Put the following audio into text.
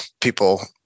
people